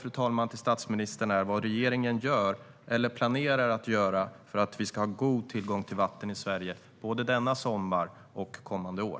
Min fråga till statsministern är vad regeringen gör eller planerar att göra för att vi ska ha god tillgång till vatten i Sverige både denna sommar och kommande år.